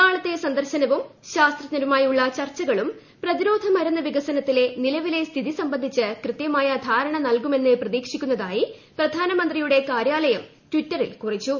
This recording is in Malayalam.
നാളത്തെ സന്ദർശനവും പ്രതിരോധമരുന്ന് വികസനത്തിലെ നിലവിലെ സ്ഥിതി സംബന്ധിച്ച് കൃത്യമായ ധാരണ നൽകുമെന്ന് പ്രതീക്ഷിക്കുന്നതായി പ്രധാനമന്ത്രിയുടെ കാര്യാലയം ടിറ്ററിൽ കുറിച്ചു